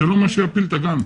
א.ב.: זה לא מה שיפיל את הגן.